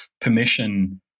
permission